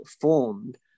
formed